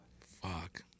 Fuck